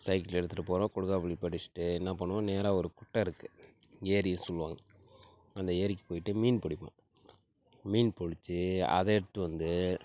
cycle எடுத்துகிட்டு போகறோம் கொடுக்காப்புளி பறிச்சிவிட்டு என்ன பண்ணுவோம் நேராக ஒரு குட்டை இருக்கு ஏரி சொல்லுவாங்க அந்த ஏரிக்கு போயிட்டு மீன் பிடிப்போம் மீன் பிடிச்சி அதை எடுத்து வந்து